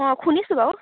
অঁ শুনিছোঁ বাৰু